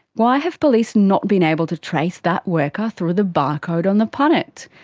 why have police not been able to trace that worker through the barcode on the punnet?